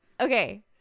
okay